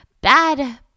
bad